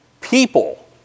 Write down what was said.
people